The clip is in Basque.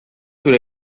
zure